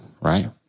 right